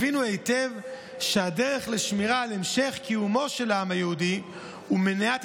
הבינו היטב שהדרך לשמירה על המשך קיומו של העם היהודי ומניעת